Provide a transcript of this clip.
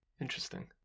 Interesting